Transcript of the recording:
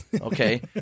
okay